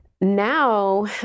Now